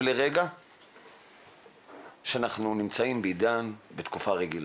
לרגע שאנחנו נמצאים בעידן ובתקופה רגילה.